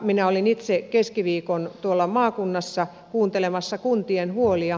minä olin itse keskiviikon tuolla maakunnassa kuuntelemassa kuntien huolia